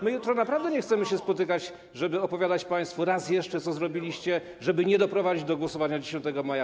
My jutro naprawdę nie chcemy się spotykać, żeby opowiadać państwu raz jeszcze, co zrobiliście, żeby nie doprowadzić do głosowania 10 maja.